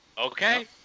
Okay